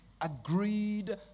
agreed